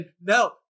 no